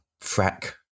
Frack